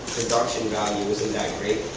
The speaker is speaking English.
production value isn't that great,